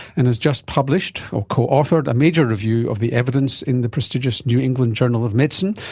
and has just published or co-authored a major review of the evidence in the prestigious new england journal of medicine.